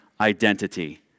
identity